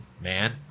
man